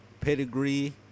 pedigree